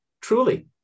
truly